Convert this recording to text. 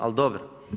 Ali dobro.